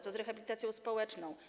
Co z rehabilitacją społeczną?